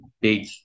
Big